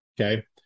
okay